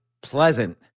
pleasant